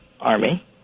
Army